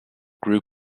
group